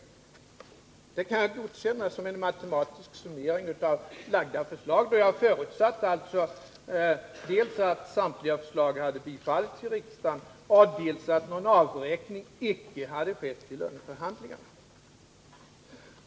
Det kan jag godkänna som en matematisk summering av framlagda förslag. Jag har då förutsatt dels att samtliga förslag skulle ha bifallits av riksdagen, dels att någon avräkning icke skulle ha skett i löneförhandlingarna.